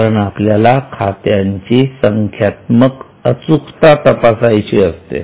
कारण आपल्याला खात्यांची संख्यात्मक अचुकता तपासायची असते